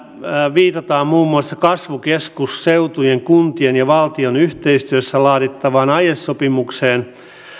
viitataan muun muassa kasvukeskusseutujen kuntien ja valtion yhteistyössä laadittaviin aiesopimuksiin